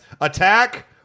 Attack